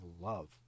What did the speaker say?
love